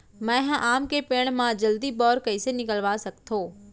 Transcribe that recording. मैं ह आम के पेड़ मा जलदी बौर कइसे निकलवा सकथो?